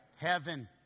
Heaven